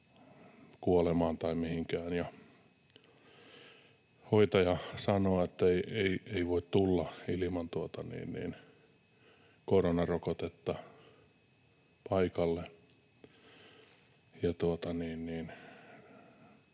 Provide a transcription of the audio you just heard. kuolemaan tai mihinkään. Hoitaja sanoo, että ei voi tulla ilman koronarokotetta paikalle.